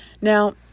Now